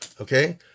Okay